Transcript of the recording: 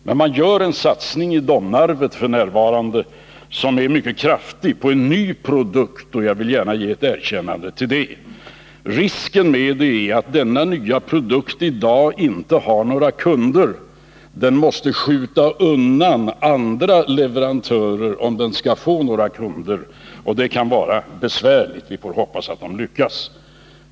Men man gör f.n. en mycket kraftig satsning i Domnarvet på en ny produkt, och jag vill gärna ge ett erkännande för det. Risken med det hela är att denna nya produkt inte har några kunder. Man måste skjuta undan andra leverantörer om man skall få några kunder, och det kan vara besvärligt. Vi får hoppas att det lyckas.